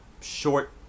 short